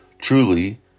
truly